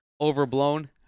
overblown